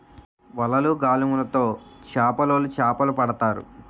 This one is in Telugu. వలలు, గాలములు తో చేపలోలు చేపలు పడతారు